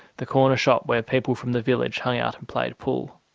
the corner shop where people from the village hung out and played pool.